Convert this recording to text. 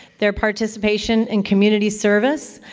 their participation in community service,